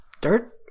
dirt